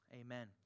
amen